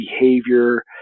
behavior